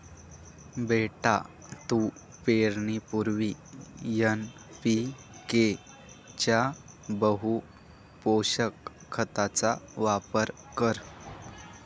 बेटा तू पेरणीपूर्वी एन.पी.के च्या बहुपोषक खताचा वापर कर